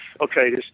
okay